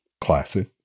classic